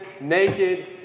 naked